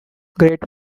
great